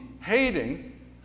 hating